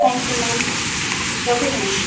thank you ma'am ରଖୁଛିି ma'am